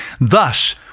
Thus